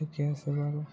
ঠিকে আছে বাৰু